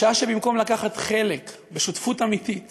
במקום לקחת חלק בשותפות אמיתית